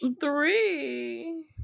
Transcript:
Three